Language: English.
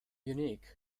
unique